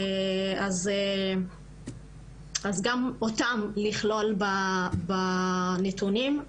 אז גם אותם לכלול בנתונים.